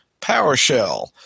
PowerShell